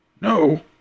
No